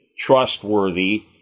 trustworthy